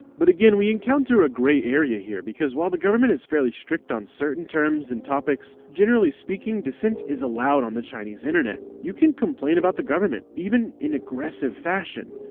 but again we encounter a grey area here, because while the government is fairly strict on certain terms and topics, generally speaking, dissent is allowed on the chinese internet. you can complain about the government, even in an aggressive fashion.